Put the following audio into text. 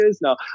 No